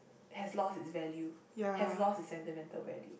has lost it's value has lost it's sentimental value